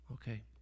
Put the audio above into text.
Okay